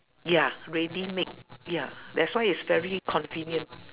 ya ready-made ya that's why it's very convenient